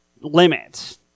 limits